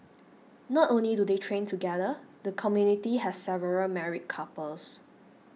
not only do they train together the community has several married couples